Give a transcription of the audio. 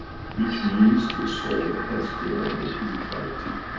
which means the soul has warned the physicality,